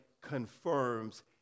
confirms